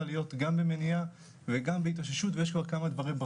להיות גם במניעה וגם בהתאוששות ויש כמה דברים ,